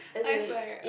eyes like